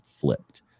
flipped